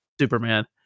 Superman